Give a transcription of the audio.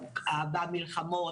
במלחמות.